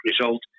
result